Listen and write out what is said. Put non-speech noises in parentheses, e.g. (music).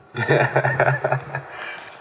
(laughs)